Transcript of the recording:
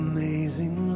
Amazing